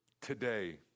today